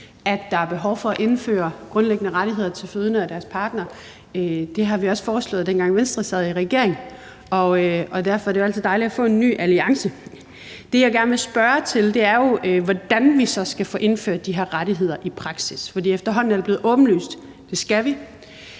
at der er behov for at indføre grundlæggende rettigheder for fødende og deres partnere. Det foreslog vi også, dengang Venstre sad i regering, og derfor er det jo altid dejligt at få en ny alliance. Det, jeg gerne vil spørge til, er jo, hvordan vi så skal få indført de her rettigheder i praksis, for efterhånden er det blevet åbenlyst, at det skal vi.